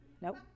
Nope